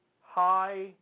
high